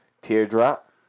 Teardrop